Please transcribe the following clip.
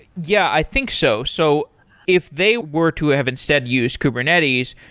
yeah. i think so. so if they were to have instead used kubernetes,